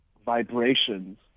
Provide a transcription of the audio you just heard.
vibrations